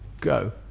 go